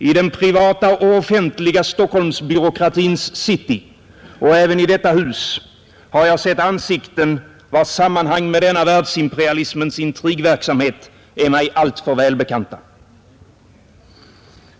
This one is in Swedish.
I den privata och offentliga Stockholmsbyråkratins city och även i detta hus har jag sett ansikten vilkas sammanhang med denna världsimperalismens intrigverksamhet är mig alltför välbekanta.